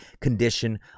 condition